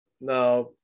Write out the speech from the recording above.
Now